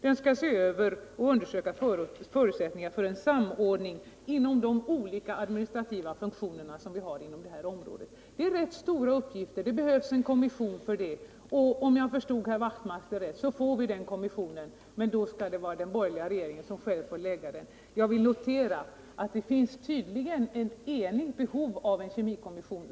Den skall se över och undersöka förutsättningarna för en samordning inom de olika administrativa funktioner som finns inom området. Det är rätt stora uppgifter. Det behövs en kommission för det, och om jag förstod herr Wachtmeister rätt så får vi den kommissionen, men då skall det vara den borgerliga regeringen som själv får lägga fram förslaget. Jag noterar att det tydligen finns en allmän uppslutning kring tanken på en kemikommission.